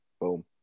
Boom